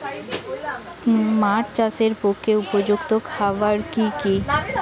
মাছ চাষের পক্ষে উপযুক্ত খাবার কি কি?